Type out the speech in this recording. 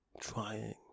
trying